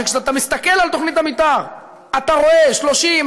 שכשאתה מסתכל על תוכנית המתאר אתה רואה ש-30%,